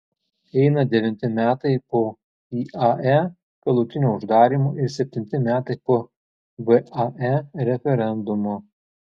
eina devinti metai po iae galutinio uždarymo ir septinti metai po vae referendumo